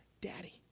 Daddy